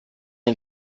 ein